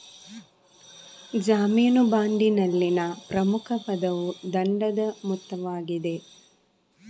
ಜಾಮೀನು ಬಾಂಡಿನಲ್ಲಿನ ಪ್ರಮುಖ ಪದವು ದಂಡದ ಮೊತ್ತವಾಗಿದೆ